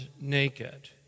naked